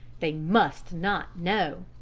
they must not know!